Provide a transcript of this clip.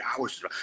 hours